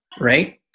right